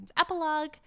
epilogue